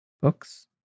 Books